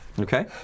Okay